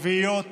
רביעיות